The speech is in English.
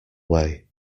way